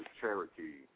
Cherokee